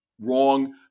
wrong